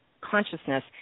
consciousness